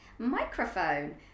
microphone